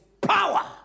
power